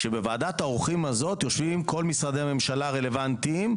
כאשר בוועדת העורכים יושבים כל משרדי הממשלה הרלוונטיים,